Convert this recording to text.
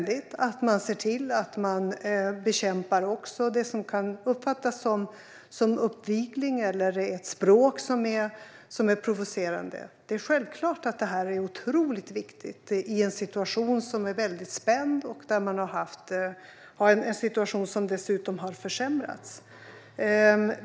Det gäller också att man bekämpar det som kan uppfattas som uppvigling eller ett språk som är provocerande. Det är självklart att det är otroligt viktigt i en situation som är väldigt spänd och som dessutom har försämrats.